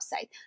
website